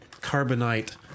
Carbonite